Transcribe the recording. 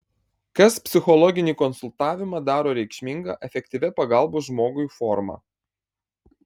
kas psichologinį konsultavimą daro reikšminga efektyvia pagalbos žmogui forma